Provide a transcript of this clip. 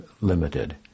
limited